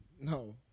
No